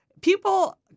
People